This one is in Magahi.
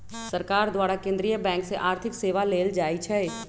सरकार द्वारा केंद्रीय बैंक से आर्थिक सेवा लेल जाइ छइ